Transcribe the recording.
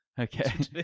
Okay